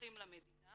מאובטחים למדינה